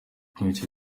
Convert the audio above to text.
ibice